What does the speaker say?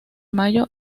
mayo